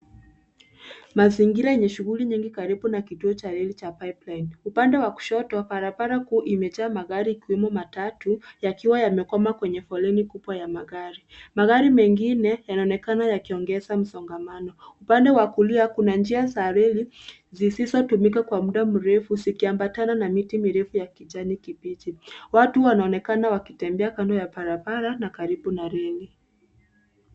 Mazingira yenye shughuli nyinig karibu na kituo cha reli cha Pipeline. Upande wa kushoto, barabara kuu imejaa magari ikiwemo matatu yakiwa yamekwama kwenye foleni kubwa ya magari. Magari mengine yanaonekana yakiongeza msongamano. Upande wa kulia kuna njia za reli zisizotumika kwa mda mrefu zikiambatana na miti mirefu ya kijani kibichi. Watu wanaonekana wakitembea kando ya barabara na karibu na reli.